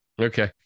Okay